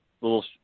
little